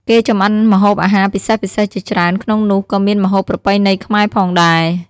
គេចម្អិនម្ហូបអាហារពិសេសៗជាច្រើន ក្នុងនោះក៏មានម្ហូបប្រពៃណីខ្មែរផងដែរ។